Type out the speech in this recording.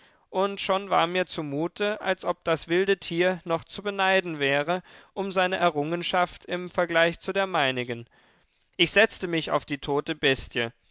und schon war mir zumute als ob das wilde tier noch zu beneiden wäre um seine errungenschaft im vergleich zu der meinigen ich setzte mich auf die tote bestie